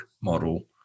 model